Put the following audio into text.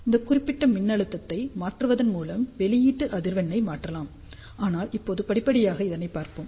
இந்த குறிப்பிட்ட மின்னழுத்தத்தை மாற்றுவதன் மூலம் வெளியீட்டு அதிர்வெண்ணை மாற்றலாம் ஆனால் இப்போது படிப்படியாக இதனை பார்ப்போம்